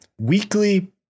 weekly